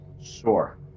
Sure